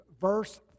verse